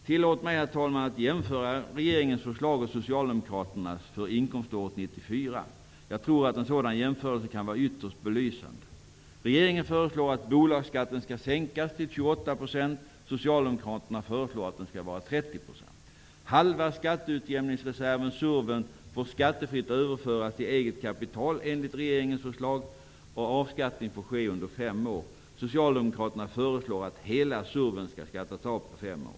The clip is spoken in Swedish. Tillåt mig, herr talman, att jämföra regeringens förslag och Socialdemokraternas förslag för inkomståret 1994. Jag tror att en sådan jämförelse kan vara ytterst belysande. Regeringen föreslår att bolagsskatten skall sänkas till 28 %. Socialdemokraterna föreslår att den skall vara 30 %. Halva skatteutjämningsreserven får skattefritt överföras till eget kapital enligt regeringens förslag. Avskattning får ske under fem år. Socialdemokraterna föreslår att hela SURV skall skattas av på fem år.